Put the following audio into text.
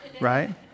Right